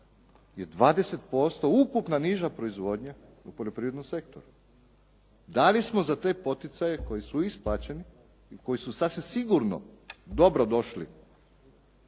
je 20% ukupna niža proizvodnja u poljoprivrednom sektoru. Da li smo za te poticaje koji su isplaćeni, koji su sasvim sigurno dobrodošli